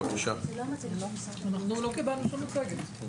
אנחנו לא קיבלנו שום מצגת.